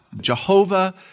Jehovah